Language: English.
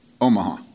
Omaha